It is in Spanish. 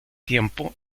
tiempo